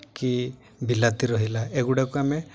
କି ବିଲାତି ରହିଲା ଏଗୁଡ଼ାକୁ ଆମେ